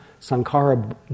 Sankara